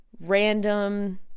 random